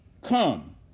come